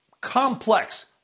complex